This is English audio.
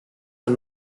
are